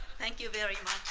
thank you very